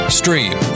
stream